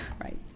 Right